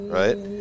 right